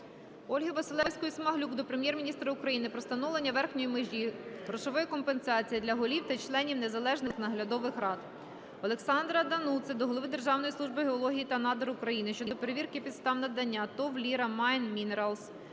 Ольги Василевської-Смаглюк до Прем'єр-міністра України про встановлення верхньої межі грошової компенсації для голів та членів незалежних наглядових рад. Олександра Дануци до голови Державної служби геології та надр України щодо перевірки підстав надання ТОВ "ЛІРА МАЙН МІНЕРАЛЗ"